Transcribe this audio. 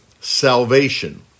salvation